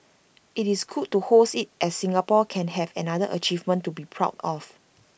it's good to host IT as Singapore can have another achievement to be proud of